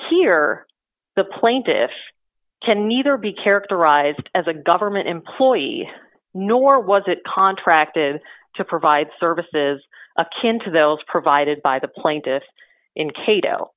or the plaintiffs can neither be characterized as a government employee nor was it contracted to provide services akin to those provided by the plaintiffs in cato